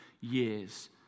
years